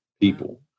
people